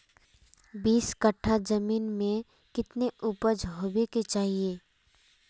बीस कट्ठा जमीन में कितने उपज होबे के चाहिए?